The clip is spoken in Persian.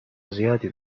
زیادی